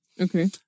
Okay